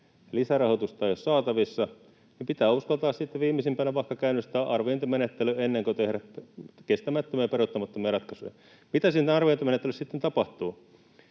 lisärahoitusta ei ole saatavissa, niin pitää uskaltaa sitten viimeisimpänä vaikka käynnistää arviointimenettely ennen kuin tehdään kestämättömiä ja peruuttamattomia ratkaisuja. Mitä siinä arviointimenettelyssä sitten tapahtuu?